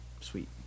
Sweet